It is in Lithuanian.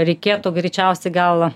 reikėtų greičiausiai gal